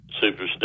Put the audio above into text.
superstition